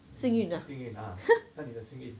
幸运啊看你的幸运